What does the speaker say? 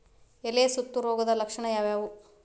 ಎಲೆ ಸುತ್ತು ರೋಗದ ಲಕ್ಷಣ ಯಾವ್ಯಾವ್?